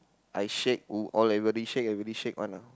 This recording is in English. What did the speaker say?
I shake !woo! all everybody shake everybody shake one ah